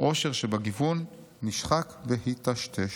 העושר שבגיוון נשחק והיטשטש.